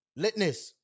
litness